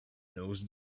knows